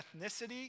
ethnicity